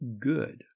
good